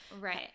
right